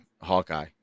Hawkeye